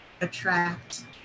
attract